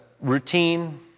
routine